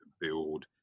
build